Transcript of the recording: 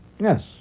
Yes